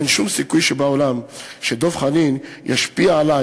אין שום סיכוי שבעולם שדב חנין ישפיע עלי